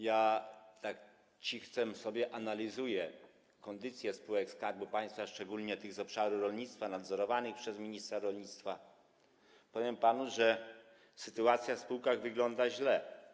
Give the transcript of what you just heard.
Ja tak cichcem sobie analizuję kondycję spółek Skarbu Państwa, szczególnie tych z obszaru rolnictwa, nadzorowanych przez ministra rolnictwa, i powiem panu, że sytuacja w tych spółkach wygląda źle.